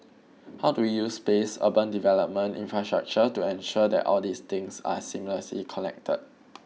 how do we use space urban development infrastructure to ensure that all these things are seamlessly connected